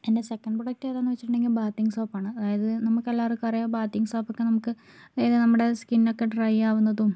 എൻ്റെ second product ഏതാന്ന് വെച്ചിട്ടുണ്ടെങ്കിൽ ബാത്തിങ് സോപ്പാണ് അതായത് നമുക്ക് എല്ലാവർക്കും അറിയാം ബാത്തിങ് സോപ്പൊക്കെ നമുക്ക് നമ്മുടെ സ്കിന്നക്കെ ഡ്രൈ ആകുന്നതും